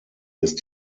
ist